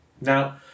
Now